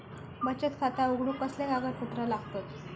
बचत खाता उघडूक कसले कागदपत्र लागतत?